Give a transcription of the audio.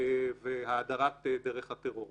והאדרת דרך הטרור.